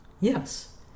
Yes